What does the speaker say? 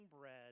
bread